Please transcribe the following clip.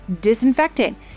disinfectant